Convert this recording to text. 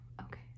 Okay